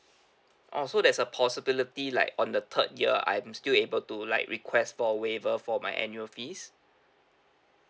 orh so there's a possibility like on the third year I'm still able to like request for waiver for my annual fees